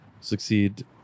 succeed